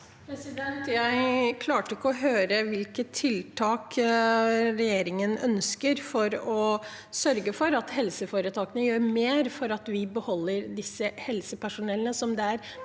Jeg klarte ikke å høre hvilke tiltak regjeringen ønsker for å sørge for at helseforetakene gjør mer for at vi beholder dette helsepersonellet, som det er